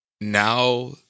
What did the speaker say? now